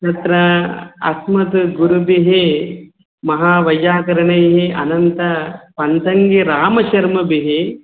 अत्र अस्माकं गुरुभिः महावैय्याकरणैः अनन्तपञ्चङ्गिरामशर्मभिः